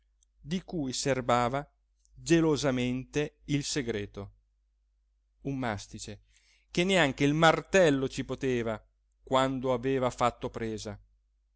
di cui serbava gelosamente il segreto un mastice che neanche il martello ci poteva quando aveva fatto presa